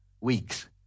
weeks